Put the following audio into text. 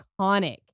iconic